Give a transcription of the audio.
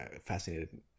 fascinated